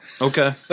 Okay